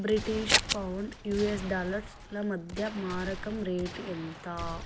British pound US డాలర్ల మధ్య మారకం రేటు ఎంత